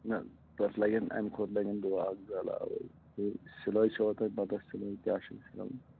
نہَ تَتھ لگن اَمہِ کھۅتہٕ لگن دۅہ اکھ زٕ علاوَے تہٕ سِلٲے چھَوا تۅہہِ پَتاہ سِلٲے کیٛاہ چھِ أسۍ ہیوان